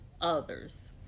others